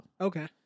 Okay